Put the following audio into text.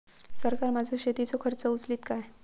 सरकार माझो शेतीचो खर्च उचलीत काय?